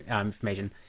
information